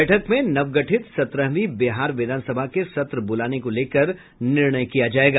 बैठक में नवगठित सत्रहवीं बिहार विधानसभा के सत्र बूलाने को लेकर निर्णय किया जायेगा